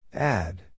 Add